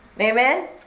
Amen